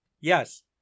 Yes